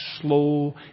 slow